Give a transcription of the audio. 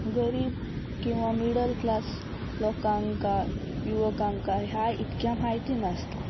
गरीब किंवां middle class लोकांकां युवकांका ह्या इतक्या म्हायती नसता